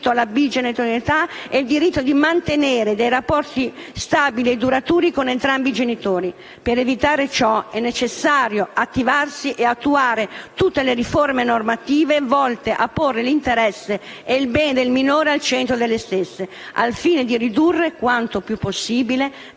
alla bigenitorialità e il diritto di mantenere dei rapporti stabili e duraturi con entrambi i genitori. Per evitare ciò è necessario attivarsi e attuare tutte le riforme normative volte a porre l'interesse e il bene del minore al centro delle stesse, al fine di ridurre quanto più possibile